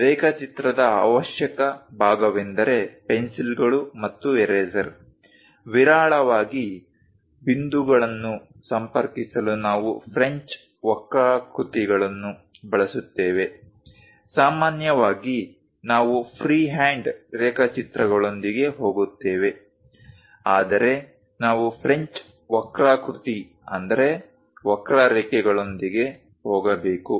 ರೇಖಾಚಿತ್ರದ ಅವಶ್ಯಕ ಭಾಗವೆಂದರೆ ಪೆನ್ಸಿಲ್ಗಳು ಮತ್ತು ಎರೇಸರ್ ವಿರಳವಾಗಿ ಬಿಂದುಗಳನ್ನು ಸಂಪರ್ಕಿಸಲು ನಾವು ಫ್ರೆಂಚ್ ವಕ್ರಾಕೃತಿಗಳನ್ನು ಬಳಸುತ್ತೇವೆ ಸಾಮಾನ್ಯವಾಗಿ ನಾವು ಫ್ರೀಹ್ಯಾಂಡ್ ರೇಖಾಚಿತ್ರಗಳೊಂದಿಗೆ ಹೋಗುತ್ತೇವೆ ಆದರೆ ನಾವು ಫ್ರೆಂಚ್ ವಕ್ರಾಕೃತಿಗಳೊಂದಿಗೆ ಹೋಗಬೇಕು